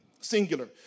singular